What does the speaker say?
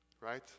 right